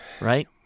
Right